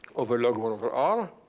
over log one over r,